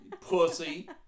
Pussy